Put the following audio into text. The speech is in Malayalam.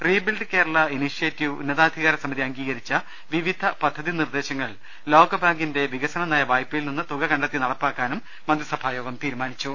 റീബിൽഡ് കേരള ഇനീഷേറ്റീവ് ഉന്നതാധികാരസമിതി അംഗീകരിച്ച വിവിധ പദ്ധതി നിർദ്ദേശങ്ങൾ ലോകബാങ്കിന്റെ വികസനനയ വായ്പയിൽനിന്ന് തുക കണ്ടെത്തി നടപ്പാക്കാനും തീരുമാനിച്ചു